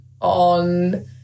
on